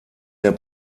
der